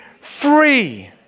free